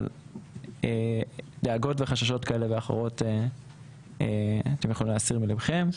אבל דאגות וחששות כאלה ואחרים אתם יכולים להסיר מליבכם.